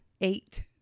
Eight